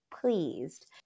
pleased